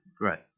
right